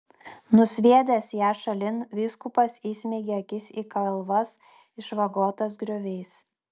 nusviedęs ją šalin vyskupas įsmeigė akis į kalvas išvagotas grioviais